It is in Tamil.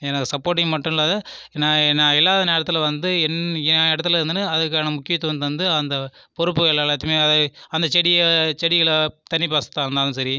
எனக்கு சப்போர்டின் மட்டும் இல்லாதல் நான் நான் இல்லாத நேரத்தில் வந்து என் எ இடத்தில் இருந்துகிட்டு அதுக்கான முக்கியத்துவம் தந்து அந்த பொறுப்புகளை எல்லாதுமே அந்த செடியே செடிகளை தண்ணி பாச்சிகிறது தான் இருந்தாலும் சரி